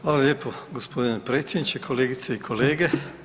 Hvala lijepo gospodine predsjedniče, kolegice i kolege.